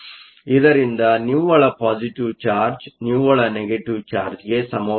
ಇದರಿಂದ ನಿವ್ವಳ positive charge ನಿವ್ವಳ ನೆಗೆಟಿವ್ ಚಾರ್ಜ್ಗೆ ಸಮವಾಗಿರಬೇಕು